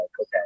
okay